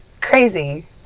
crazy